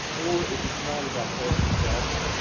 or if it's not about solving a problem.